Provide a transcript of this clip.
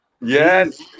Yes